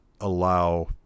allow